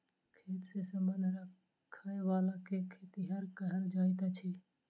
खेत सॅ संबंध राखयबला के खेतिहर कहल जाइत अछि